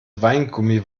weingummi